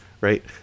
right